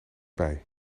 bij